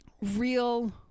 real